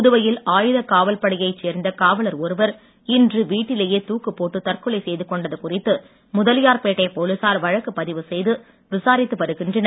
புதுவையில் ஆயுதக் காவல்படையைச் சேர்ந்த காவலர் ஒருவர் இன்று வீட்டிலேயே தூக்குப் போட்டு தற்கொலை செய்துகொண்டது குறித்து முதலியார்பேட் போலீசார் வழக்கு பதிவுசெய்து விசாரித்து வருகின்றனர்